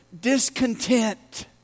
discontent